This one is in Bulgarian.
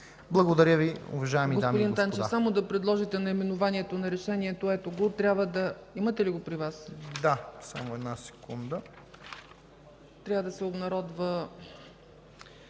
Благодаря Ви, уважаеми дами и господа.